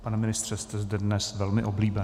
Pane ministře, jste zde dnes velmi oblíben.